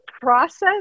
process